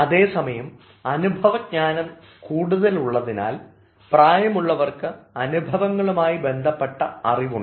അതേസമയം അനുഭവജ്ഞാനം കൂടുതലുള്ളതിനാൽ പ്രായമുള്ളവർക്ക് അനുഭവവുമായി ബന്ധപ്പെട്ട അറിവുണ്ട്